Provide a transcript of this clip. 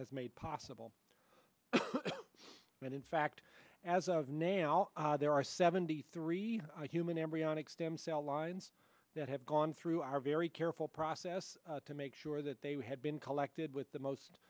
has made possible and in fact as of now there are seventy three human embryonic stem cell lines that have gone through our very careful process to make sure that they have been collected with the most